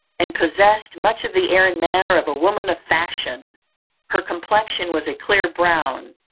and possessed much of the air and manner of a woman of fashion her complexion was a clear brown,